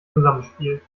zusammenspiel